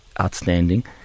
outstanding